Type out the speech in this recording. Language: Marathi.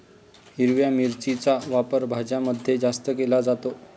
हिरव्या मिरचीचा वापर भाज्यांमध्ये जास्त केला जातो